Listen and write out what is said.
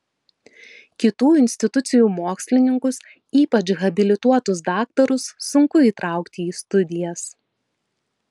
kitų institucijų mokslininkus ypač habilituotus daktarus sunku įtraukti į studijas